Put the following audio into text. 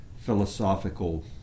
philosophical